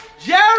Jerry